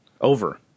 Over